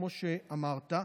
כמו שאמרת,